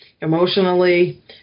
emotionally